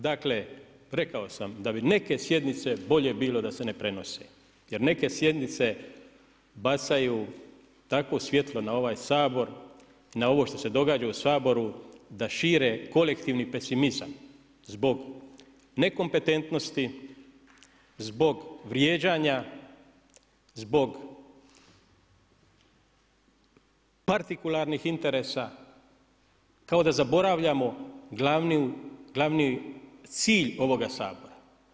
Dakle, rekao sam da bi neke sjednice bolje bilo da se ne prenose jer neke sjednice bacaju takvo svjetlo na ovaj Sabor, na ovo što se događa u Saboru da šire kolektivni pesimizam zbog nekompetentnosti, zbog vrijeđanja, zbog partikularnih interesa, kao da zaboravljamo glavni cilj ovoga Sabora.